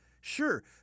Sure